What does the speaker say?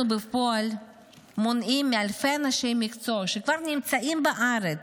אנחנו בפועל מונעים מאלפי אנשי מקצוע שכבר נמצאים בארץ,